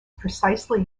precisely